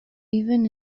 even